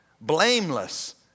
blameless